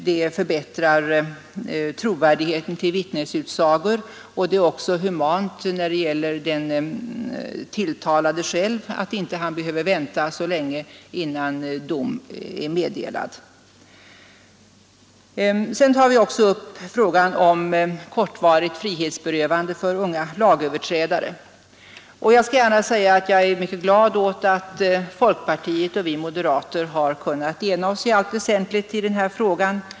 Det förbättrar trovärdigheten i vittnesutsagor, och det är också humant mot den tilltalade själv att han inte behöver vänta så länge innan dom är meddelad. Vi tar också upp frågan om kortvarigt frihetsberövande för unga lagöverträdare. Jag skall gärna säga att jag är mycket glad åt att folkpartiet och vi moderater har kunnat ena oss i allt väsentligt i denna ga.